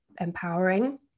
empowering